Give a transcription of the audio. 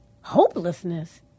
hopelessness